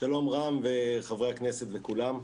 שלום רם, וחברי הכנסת וכולם.